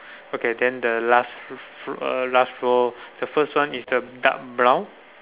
okay then the last f~ f~ uh last floor the first one is the dark brown